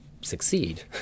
succeed